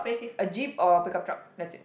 a jeep or a pickup truck that's it